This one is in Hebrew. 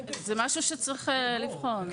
זה משהו שצריך לבחון.